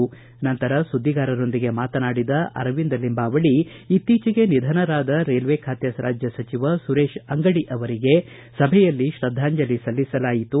ಅನಂತರ ಸುದ್ದಿಗಾರರೊಂದಿಗೆ ಮಾತನಾಡಿದ ಅರವಿಂದ ಲಿಂಬಾವಳಿ ಇತ್ತೀಚಿಗೆ ನಿಧನರಾದ ರೈಲ್ವೆ ಖಾತೆ ರಾಜ್ಯ ಸಚಿವ ಸುರೇಶ್ ಅಂಗಡಿ ಅವರಿಗೆ ಸಭೆಯಲ್ಲಿ ಶ್ರದ್ಧಾಂಜಲಿ ಸಲ್ಲಿಸಲಾಯಿತು